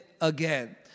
again